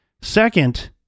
Second